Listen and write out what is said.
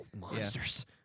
monsters